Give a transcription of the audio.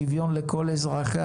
שוויון לכל אזרחיה,